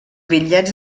bitllets